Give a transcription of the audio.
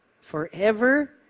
Forever